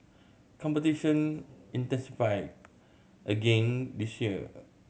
competition intensified again this year